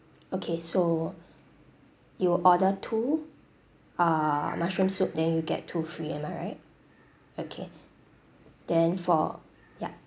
okay so you order two uh mushroom soup then you get two free am I right okay then for ya